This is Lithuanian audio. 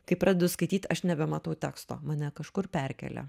kaip pradedu skaityt aš nebematau teksto mane kažkur perkelia